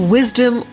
Wisdom